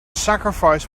sacrifice